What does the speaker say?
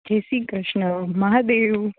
Jay Shri Krishna Mahadev